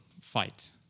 fight